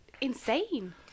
insane